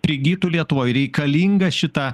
prigytų lietuvoj reikalinga šita